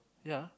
yeah